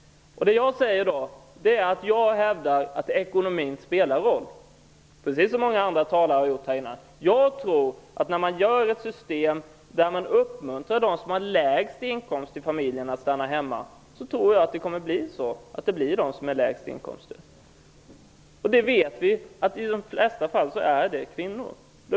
Det jag hävdar är att ekonomin spelar en roll, precis som många andra talare tidigare har sagt. När man inför ett system där man uppmuntrar den i familjen som har lägst inkomst att stanna hemma, tror jag att det kommer att bli så. Vi vet att det i de flesta fall är kvinnor.